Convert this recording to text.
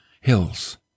hills